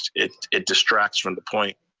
it it distracts from the point.